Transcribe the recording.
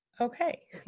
Okay